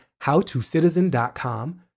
howtocitizen.com